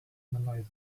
internalizing